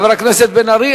חבר הכנסת בן-ארי,